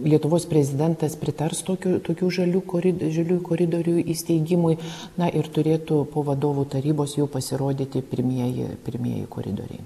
lietuvos prezidentas pritars tokių tokių žalių korid žaliųjų koridorių įsteigimui na ir turėtų po vadovų tarybos jau pasirodyti pirmieji pirmieji koridoriai